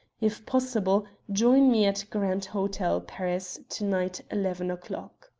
if possible, join me at grand hotel, paris, to-night, eleven o'clock.